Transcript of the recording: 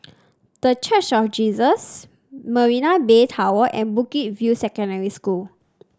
The Church of Jesus Marina Bay Tower and Bukit View Secondary School